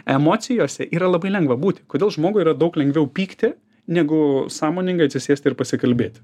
emocijose yra labai lengva būt kodėl žmogui yra daug lengviau pykti negu sąmoningai atsisėst ir pasikalbėt